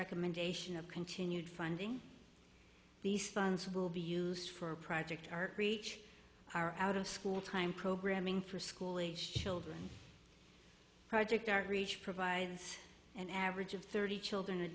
recommendation of continued funding these funds will be used for a project our reach our out of school time programming for school aged children project our reach provides an average of thirty children a